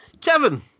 Kevin